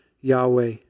Yahweh